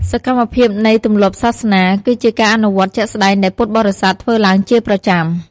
សកម្មភាពនៃទម្លាប់សាសនា គឺជាការអនុវត្តជាក់ស្ដែងដែលពុទ្ធបរិស័ទធ្វើឡើងជាប្រចាំ។